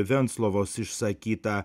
venclovos išsakyta